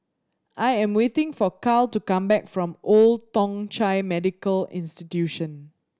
I am waiting for Carl to come back from Old Thong Chai Medical Institution